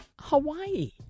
Hawaii